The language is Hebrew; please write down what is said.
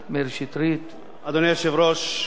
אדוני היושב-ראש, רבותי חברי הכנסת,